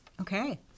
Okay